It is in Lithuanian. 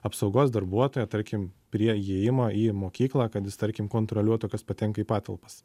apsaugos darbuotoją tarkim prie įėjimo į mokyklą kad jis tarkim kontroliuotų kas patenka į patalpas